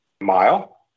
mile